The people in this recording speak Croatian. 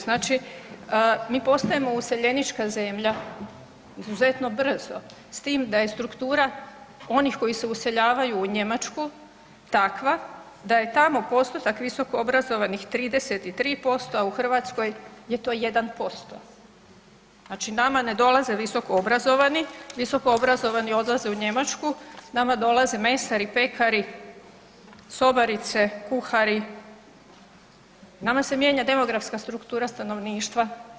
Znači mi postajemo useljenička zemlja izuzetno brzo s tim da je struktura onih koji se useljavaju u Njemačku, takva da je tamo postotak visokoobrazovanih 33% a u Hrvatskoj je to 1%. znači ne dolaze visokoobrazovani, visokoobrazovani odlaze u Njemačku, nama dolaze mesari, pekari, sobarice, kuhari, nama se mijenja se mijenja demografska struktura stanovništva.